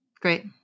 Great